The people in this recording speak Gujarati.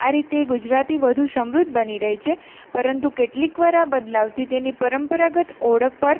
આ રીતે ગુજરાતી વધુ સમૃદ્ધ બની રહી છે પરંતુ કેટલીકવાર આ બદલાવથી તેની પરંપરાગત ઓળખ પર